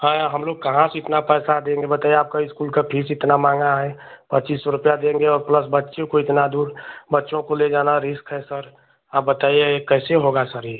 हैं हम लोग कहाँ से इतना पैसा देंगे बताइए आपका इस्कूल का फीस इतना महंगा है पच्चीस सौ रुपये देंगे और प्लस बच्चे को इतना दूर बच्चों को ले जाना रिस्क है सर आप बताइए ये कैसे होगा सर ये